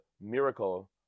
miracle